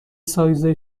سایز